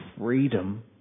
freedom